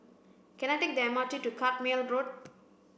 can I take the M R T to Carpmael Road